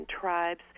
tribes